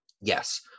Yes